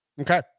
Okay